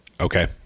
Okay